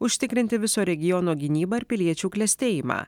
užtikrinti viso regiono gynybą ir piliečių klestėjimą